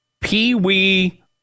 Pee-wee